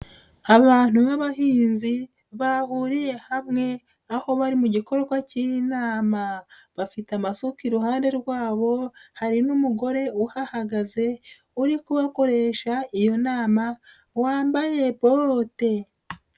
Abantu b'abahinzi bahuriye hamwe aho bari mu gikorwa k'inama, bafite amasuka iruhande rwabo hari n'umugore uhahagaze uri kubakoresha iyo nama wambaye bote.